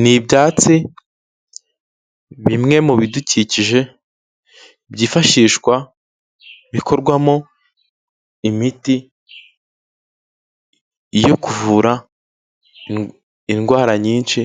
N'ibyatsi bimwe mu bidukikije byifashishwa bikorwamo imiti yo kuvura indwara nyinshi